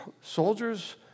soldiers